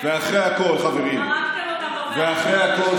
ואחרי הכול,